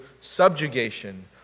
subjugation